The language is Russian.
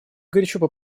горячо